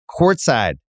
courtside